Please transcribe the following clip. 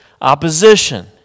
opposition